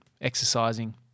exercising